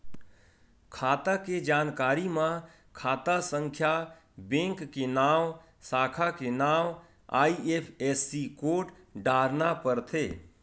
खाता के जानकारी म खाता संख्या, बेंक के नांव, साखा के नांव, आई.एफ.एस.सी कोड डारना परथे